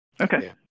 Okay